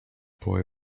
boy